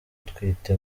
utwite